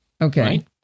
Okay